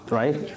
right